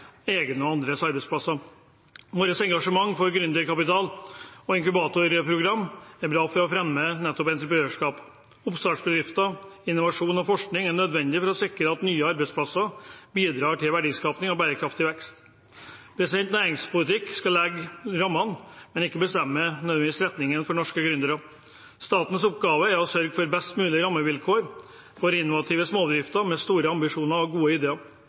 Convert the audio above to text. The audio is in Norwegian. egne og andres arbeidsplasser. Vårt engasjement for gründerkapital og inkubatorprogram er bra for å fremme nettopp entreprenørskap. Oppstartsbedrifter, innovasjon og forskning er nødvendig for å sikre at nye arbeidsplasser bidrar til verdiskaping og bærekraftig vekst. Næringspolitikk skal legge rammene, men ikke nødvendigvis bestemme retningen for norske gründere. Statens oppgave er å sørge for best mulig rammevilkår for innovative småbedrifter med store ambisjoner og gode ideer.